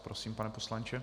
Prosím, pane poslanče.